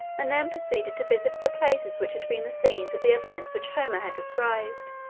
and then proceeded to visit the places which had been the scenes of the events which homer had described.